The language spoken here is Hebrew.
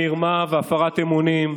מרמה והפרת אמונים,